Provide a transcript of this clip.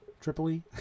Tripoli